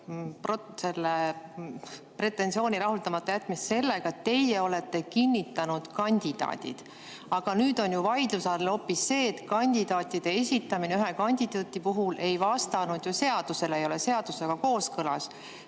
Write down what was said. pretensiooni rahuldamata jätmist sellega, et teie olete kinnitanud kandidaadid. Aga nüüd on ju vaidluse all hoopis see, et kandidaatide esitamine ühe kandidaadi puhul ei vastanud seadusele, ei olnud seadusega kooskõlas.